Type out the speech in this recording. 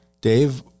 Dave